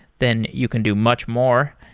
then you can do much more.